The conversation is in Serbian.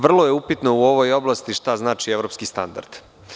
Vrlo je upitno u ovoj oblasti šta znači evropski standard.